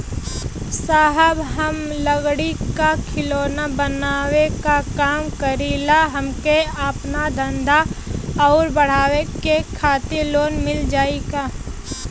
साहब हम लंगड़ी क खिलौना बनावे क काम करी ला हमके आपन धंधा अउर बढ़ावे के खातिर लोन मिल जाई का?